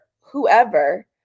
whoever